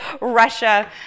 Russia